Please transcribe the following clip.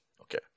Okay